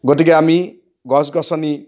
গতিকে আমি গছ গছনি